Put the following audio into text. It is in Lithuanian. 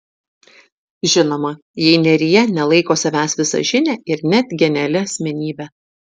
žinoma jei nerija nelaiko savęs visažine ir net genialia asmenybe